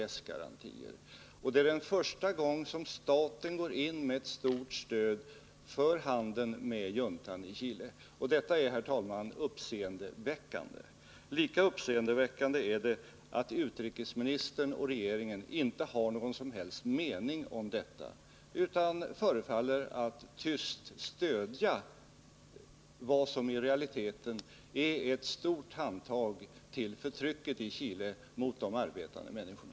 S-garantier, och det är första gången staten går in med ett stort stöd för handeln med juntan i Chile. Och detta är, herr talman, uppseendeväckande. Lika uppseendeväckande är det att utrikesministern och regeringen inte har någon som helst mening om detta, utan förefaller att tyst stödja något som i realiteten innebär ett stort handtag till förtrycket i Chile mot de arbetande människorna.